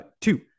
Two